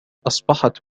أصبحت